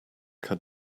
had